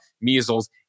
measles